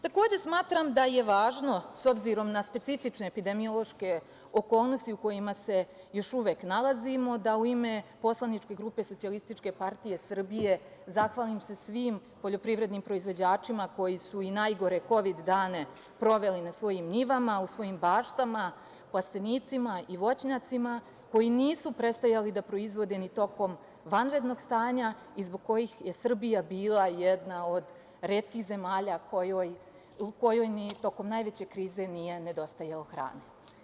Takođe, smatram da je važno, s obzirom na specifične epidemiološke okolnosti u kojima se još uvek nalazimo, da u ime poslaničke grupe SPS zahvalim se svim poljoprivrednim proizvođačima koji su i najgore kovid dane proveli na svojim njivama, u svojim baštama, plastenicima i voćnjacima, koji nisu prestajali da proizvode ni tokom vanrednog stanja i zbog kojih je Srbija bila jedna od retkih zemalja u kojoj ni tokom najveće krize nije nedostajalo hrane.